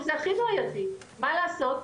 הסטטוטורי זה הכי בעייתי, מה לעשות?